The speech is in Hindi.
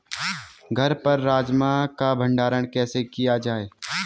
घर पर राजमा का भण्डारण कैसे किया जाय?